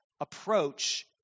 approach